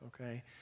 okay